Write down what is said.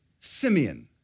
Simeon